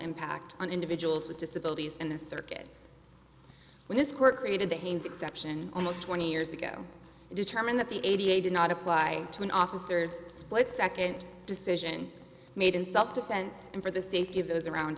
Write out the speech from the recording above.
impact on individuals with disabilities in the circuit when this court graded the hanes exception almost twenty years ago determined that the a b a did not apply to an officer's split second decision made in self defense and for the safety of those around